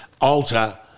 Alter